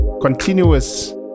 continuous